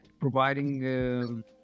providing